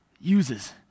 uses